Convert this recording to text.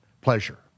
pleasure